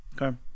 Okay